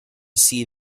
see